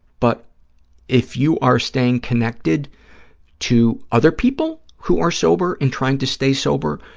but if you are staying connected to other people who are sober and trying to stay sober,